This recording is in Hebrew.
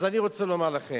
אז אני רוצה לומר לכם,